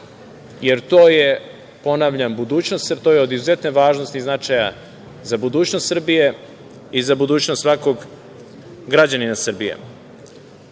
jer to je, ponavljam, od izuzetne važnosti i značaja za budućnost Srbije i za budućnost svakog građanina Srbija. Neko